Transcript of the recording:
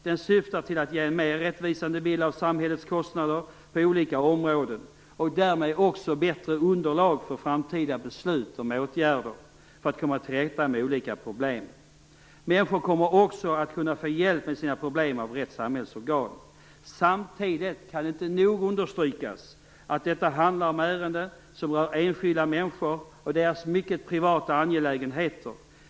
Den syftar till att ge en mer rättvisande bild av samhällets kostnader på olika områden och därmed också bättre underlag för framtida beslut om åtgärder för att komma till rätta med olika problem. Människor kommer också att kunna få hjälp med sina problem av rätt samhällsorgan. Samtidigt kan det inte nog understrykas att detta handlar om ärenden som rör enskilda människor och deras mycket privata angelägenheter.